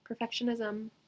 perfectionism